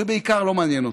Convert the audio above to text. ובעיקר לא מעניין אותם.